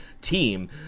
team